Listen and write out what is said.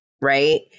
right